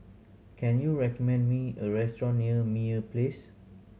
can you recommend me a restaurant near Meyer Place